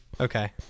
Okay